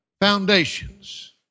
foundations